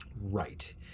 Right